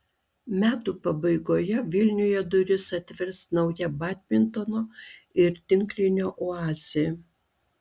metų pabaigoje vilniuje duris atvers nauja badmintono ir tinklinio oazė